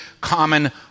common